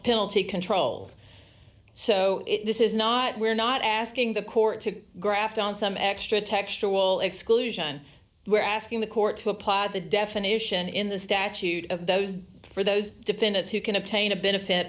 to controls so this is not we're not asking the court to graft on some extra textual exclusion we're asking the court to apply the definition in the statute of those for those defendants who can obtain a benefit